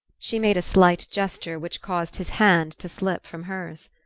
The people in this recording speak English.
she made a slight gesture which caused his hand to slip from hers.